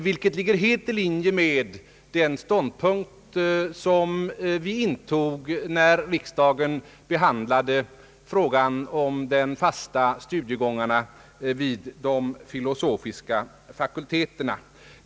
Detta ligger helt i linje med den ståndpunkt som vi intog när riksdagen behandlade frågan om de fasta studiegångarna vid de filosofiska fakulteterna.